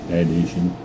addition